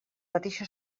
mateixa